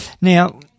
Now